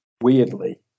weirdly